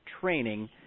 training